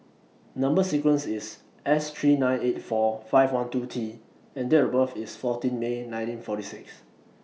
Number sequence IS S three nine eight four five one two T and Date of birth IS fourteen May nineteen forty six